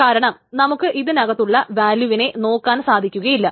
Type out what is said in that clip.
കാരണം നമുക്ക് ഇതിനകത്തുള്ള വില്യൂവിനെ നോക്കുവാൻ സാധിക്കുകയില്ല